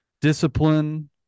discipline